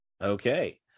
okay